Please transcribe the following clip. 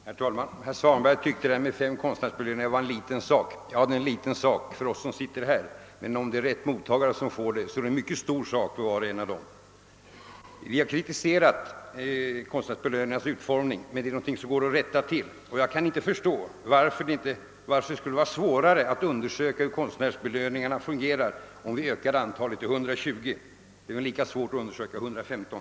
Herr talman! Herr Svanberg tyckte att de föreslagna fem konstnärsbelöningarna var en liten sak. Ja, den är liten för oss som sitter här, men om det är de rätta mottagarna som får dem, så är det för var och en av de belönade en stor sak. Vi har kritiserat konstnärsbelöningarnas utformning, men det är ju en sak som går att rätta till. Jag kan inte förstå att det kan vara svårare att undersöka hur systemet med konstnärsbelöningarna fungerar om vi ökar antalet belöningar till 120. Det är väl lika svårt som att undersöka 115.